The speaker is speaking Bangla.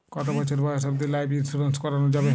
কতো বছর বয়স অব্দি লাইফ ইন্সুরেন্স করানো যাবে?